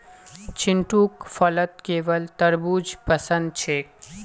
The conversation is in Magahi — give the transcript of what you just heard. चिंटूक फलत केवल तरबू ज पसंद छेक